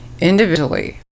Individually